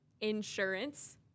Insurance